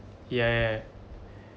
ya ya yeah